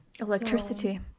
Electricity